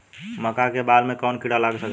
मका के बाल में कवन किड़ा लाग सकता?